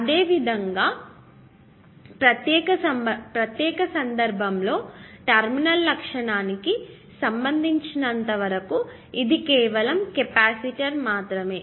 అదేవిధంగా ఈ ప్రత్యేక సందర్భంలో టెర్మినల్ లక్షణానికి సంబంధించినంతవరకు ఇది కేవలం కెపాసిటర్ మాత్రమే